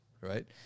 Right